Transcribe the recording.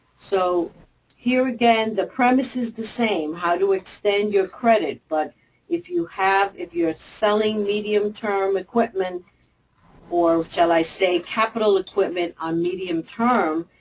so here, again, the premise is the same, how to extend your credit. but if you have if you're selling medium-term equipment or, shall i say, capital equipment on medium-term,